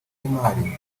y’imari